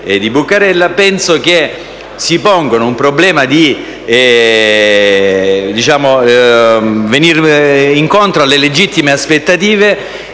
Buccarella penso si pongano il problema di venire incontro alle legittime aspettative